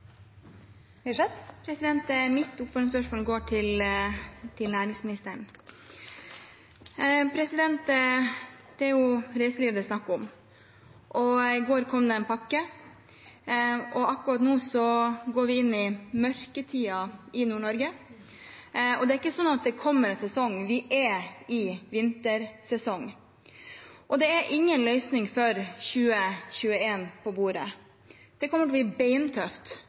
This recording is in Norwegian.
Mitt oppfølgingsspørsmål går til næringsministeren. Det er reiselivet det er snakk om. I går kom det en pakke. Akkurat nå går vi inn i mørketida i Nord-Norge, og det er ikke sånn at det kommer en sesong, vi er i vintersesongen. Det er ingen løsning for 2021 på bordet. Det kommer til å bli beintøft,